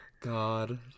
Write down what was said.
god